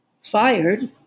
fired